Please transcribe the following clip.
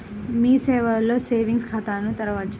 మీ సేవలో సేవింగ్స్ ఖాతాను తెరవవచ్చా?